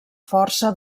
força